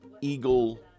Eagle